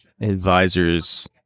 advisors